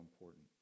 important